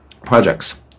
projects